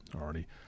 already